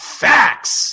facts